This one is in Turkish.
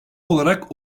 olarak